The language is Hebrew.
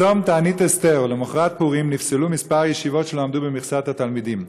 בתענית אסתר ולמחרת פורים נפסלו כמה ישיבות שלא עמדו במכסת התלמידים.